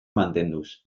mantenduz